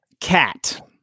Cat